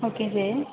okay sir